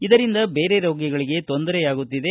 ಇದರಿಂದ ಬೇರೆ ರೋಗಿಗಳಿಗೆ ತೊಂದರೆಯಾಗುತ್ತಿದೆ